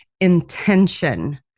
intention